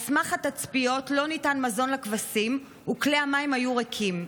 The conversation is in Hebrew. על סמך התצפיות לא ניתן מזון לכבשים וכלי המים היו ריקים.